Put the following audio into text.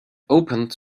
opened